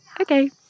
Okay